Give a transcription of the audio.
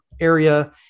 area